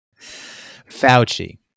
Fauci